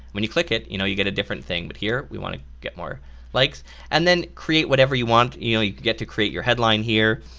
when you click you know you get a different thing, but here we want to get more likes and then create whatever you want. you know, you get to create your headline here